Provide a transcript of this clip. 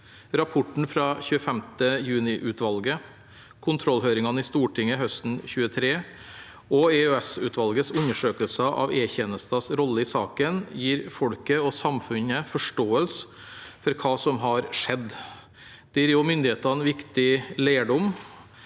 Rapporten fra 25. juni-utvalget, kontrollhøringene i Stortinget høsten 2023 og EOS-utvalgets undersøkelser av E-tjenestens rolle i saken gir folket og samfunnet forståelse for hva som har skjedd. Det gir også myndighetene viktig lærdom